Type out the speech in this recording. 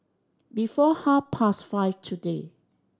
before half past five today